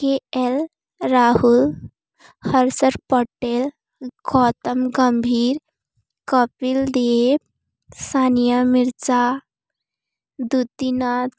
କେ L Rahul Harshal Patel Gautam Gambhir Kapil Dev Sania Mirza Dutee ନାଥ